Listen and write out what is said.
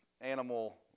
animal